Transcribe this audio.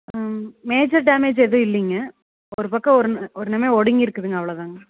major damage எதுவும் இல்லைங்க ஒரு பக்கம் ஒருன்னு ஒன்னுமே ஒடுங்கி இருக்குதுங்க அவ்வளோ தாங்க